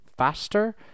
faster